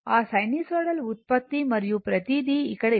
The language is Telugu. ఆ సైనూసోయిడల్ ఉత్పత్తి మరియు ప్రతిదీ ఇక్కడ ఇవ్వబడింది ω 2πf కు సమానం